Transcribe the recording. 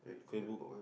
Facebook